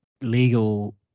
legal